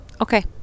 okay